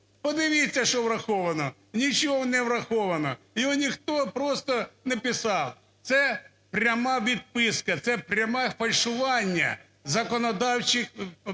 Подивіться, що враховано. Нічого не враховано. Його ніхто просто не писав. Це пряма відписка. Це пряме фальшування законодавчих проектів.